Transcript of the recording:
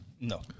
No